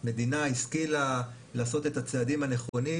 המדינה השכילה לעשות את הצעדים הנכונים.